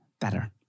better